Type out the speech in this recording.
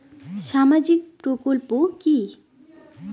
সামাজিক প্রকল্প কি?